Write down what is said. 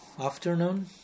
afternoon